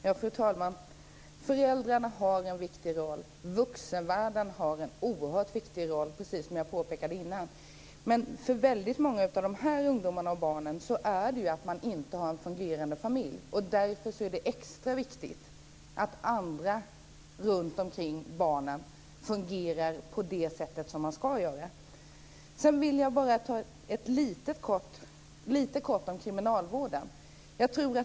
Fru talman! Föräldrarna har en viktig roll. Vuxenvärlden har en oerhört viktig roll, precis som jag påpekade innan. Men väldigt många av dessa ungdomar och barn har inte en fungerande familj. Därför är det extra viktigt att andra runtomkring barnen fungerar på det sätt som de ska göra. Sedan vill jag säga något lite kort om kriminalvården.